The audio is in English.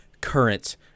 current